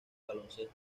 baloncesto